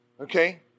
okay